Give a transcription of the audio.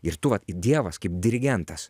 ir tu va į dievas kaip dirigentas